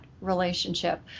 relationship